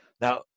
Now